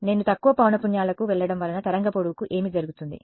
నేను తక్కువ పౌనఃపున్యాలకు వెళ్లడం వలన తరంగ పొడవుకు ఏమి జరుగుతుంది